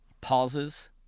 pauses